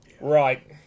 right